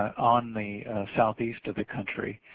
on the southeast of the country.